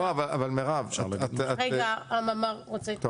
לא, אבל מירב --- רגע, הממ"ר רוצה להתייחס.